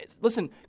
Listen